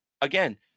Again